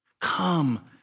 Come